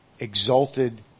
exalted